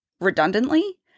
redundantly